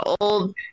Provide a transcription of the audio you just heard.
old